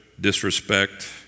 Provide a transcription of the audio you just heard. disrespect